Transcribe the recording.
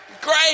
Great